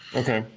okay